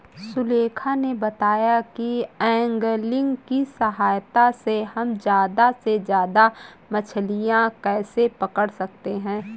सुलेखा ने बताया कि ऐंगलिंग की सहायता से हम ज्यादा से ज्यादा मछलियाँ कैसे पकड़ सकते हैं